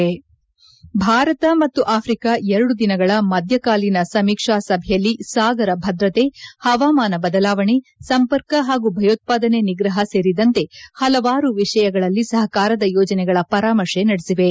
ಸುರು್ತು ಭಾರತ ಮತ್ತು ಆಫ್ರಿಕಾ ಎರಡು ದಿನಗಳ ಮಧ್ಯಕಾಲೀನ ಸಮೀಕ್ಷಾ ಸಭೆಯಲ್ಲಿ ಸಾಗರ ಭದ್ರತೆ ಪವಾಮಾನ ಬದಲಾವಣೆ ಸಂಪರ್ಕ ಹಾಗೂ ಭಯೋತ್ಪಾದನೆ ನಿಗ್ರಹ ಸೇರಿದಂತೆ ಪಲವಾರು ವಿಷಯಗಳಲ್ಲಿ ಸಹಕಾರದ ಯೋಜನೆಗಳ ಪರಾಮರ್ಶೆ ನಡೆಸಿವೆ